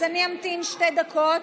אמתין שתי דקות.